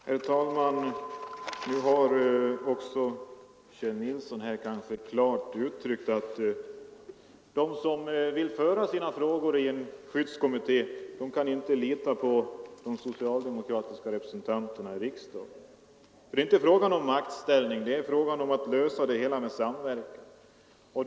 Herr talman! Nu har också Kjell Nilsson i Växjö klart uttryckt att de som vill framföra sina problem i en skyddskommitté inte kan lita på de Det är inte fråga om någon maktställning utan det gäller att lösa problemen i samverkan.